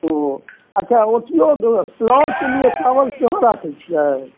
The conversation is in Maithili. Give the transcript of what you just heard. ओ अच्छा पलाऊ के लेल चावल सेहो राखै छियै